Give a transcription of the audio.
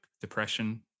depression